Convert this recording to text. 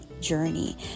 journey